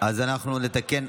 אז אנחנו נתקן.